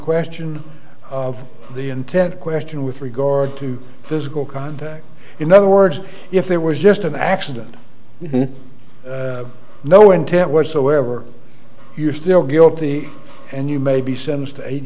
question of the intent question with regard to physical contact in other words if there was just an accident no intent whatsoever you're still guilty and you may be sentenced to eight